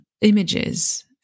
images